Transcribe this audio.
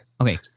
Okay